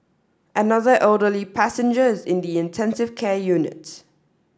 another elderly passenger is in the intensive care unit